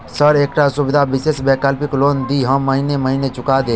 Sir एकटा सुविधा विशेष वैकल्पिक लोन दिऽ हम महीने महीने चुका देब?